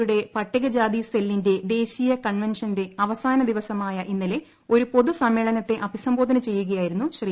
യുടെ പട്ടികജാതി സെല്ലിന്റെ ദേശീയ കൺവെൻഷന്റെ അവസാന ദിവസമായ ഇന്നലെ ഒരു പൊതു സമ്മേളനത്തെ അഭിസംബോധന ചെയ്യുകയായിരുന്നു ശ്രീ